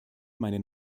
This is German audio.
meinen